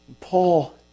Paul